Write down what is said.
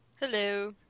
Hello